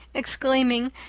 exclaiming,